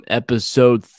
episode